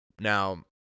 Now